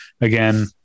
again